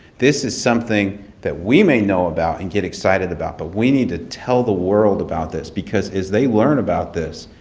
this is something that we may know about, and get excited about, but we need to tell the world about this. because, as they learn about this,